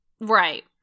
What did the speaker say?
Right